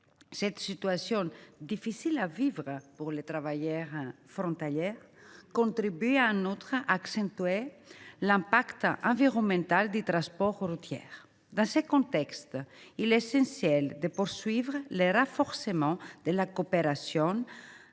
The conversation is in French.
vivre… Très difficile !… pour les travailleurs frontaliers, contribue en outre à accentuer l’impact environnemental du transport routier. Dans ce contexte, il est essentiel de poursuivre le renforcement de la coopération